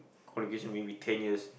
qualification maybe ten years